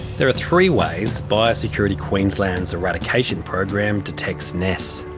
there are three ways biosecurity queensland's eradication program detects nests.